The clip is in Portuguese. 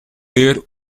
ler